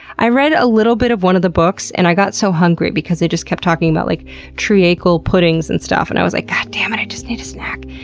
i read a little bit of one of the books and i got so hungry because they just kept talking about like treacle puddings and stuff. and i was like, god dammit. i just need a snack.